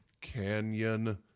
Canyon